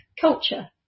culture